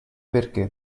perché